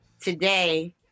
Today